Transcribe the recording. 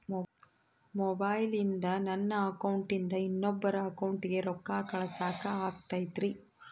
ಮೊಬೈಲಿಂದ ನನ್ನ ಅಕೌಂಟಿಂದ ಇನ್ನೊಬ್ಬರ ಅಕೌಂಟಿಗೆ ರೊಕ್ಕ ಕಳಸಾಕ ಆಗ್ತೈತ್ರಿ?